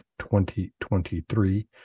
2023